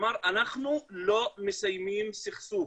הוא אמר: אנחנו לא מסיימים סכסוך,